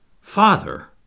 Father